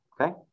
okay